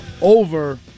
over